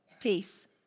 peace